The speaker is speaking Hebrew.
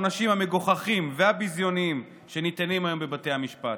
לנוכח העונשים המגוחכים והביזיוניים שניתנים היום בבתי המשפט.